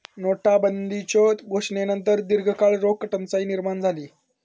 नोटाबंदीच्यो घोषणेनंतर दीर्घकाळ रोख टंचाई निर्माण झाली